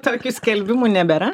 tokių skelbimų nebėra